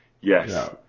yes